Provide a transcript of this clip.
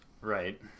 Right